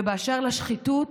ובאשר לשחיתות,